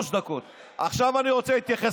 דרך אגב,